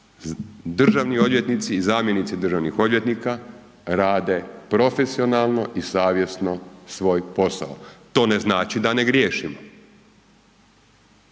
državni odvjetnici i zamjenici državnih odvjetnika rade profesionalno i savjesno svoj posao. To ne znači da ne griješimo.